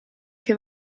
che